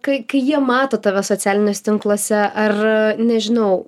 kai kai jie mato tave socialiniuose tinkluose ar nežinau